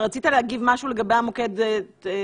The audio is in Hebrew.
אתה רצית להגיב משהו לגבי מוקד התלונות,